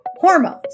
Hormones